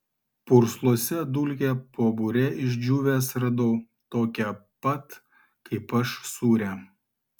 pursluose dulkę po bure išdžiūvęs radau tokią pat kaip aš sūrią